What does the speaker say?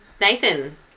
Nathan